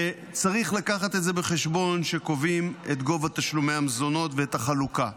וצריך להביא את זה בחשבון כשקובעים את גובה תשלומי המזונות ואת החלוקה.